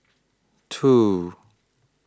two